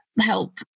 help